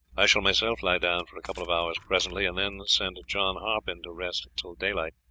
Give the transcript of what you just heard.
i shall myself lie down for a couple of hours presently, and then send john harpen to rest till daylight.